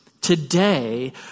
Today